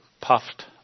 puffed